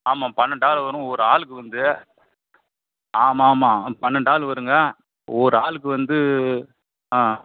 ஆமாம் பன்னெண்டு ஆள் வரும் ஒரு ஆளுக்கு வந்து ஆமாம் ஆமாம் பன்னெண்டு ஆள் வரும்ங்க ஒரு ஆளுக்கு வந்து ஆ